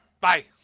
Bye